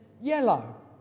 yellow